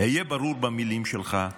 היה ברור במילים שלך,